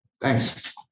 Thanks